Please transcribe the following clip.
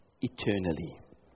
eternally